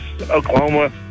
Oklahoma